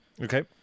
Okay